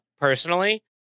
personally